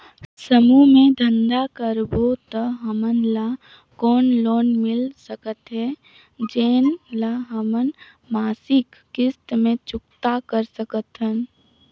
समूह मे धंधा करबो त हमन ल कौन लोन मिल सकत हे, जेन ल हमन मासिक किस्त मे चुकता कर सकथन?